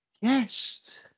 yes